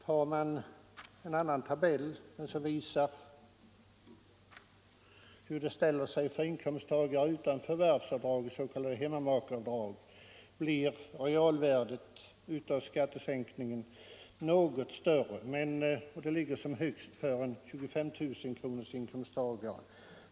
För en inkomsttagare utan förvärvsavdrag, s.k. hemmamakeavdrag, blir realvärdet av skattesänkningen något större, och det är högst för en 25 000-kronorsinkomsttagare.